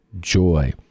joy